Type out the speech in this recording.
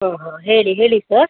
ಹ್ಞೂ ಹಾಂ ಹೇಳಿ ಹೇಳಿ ಸರ್